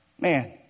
Man